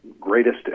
greatest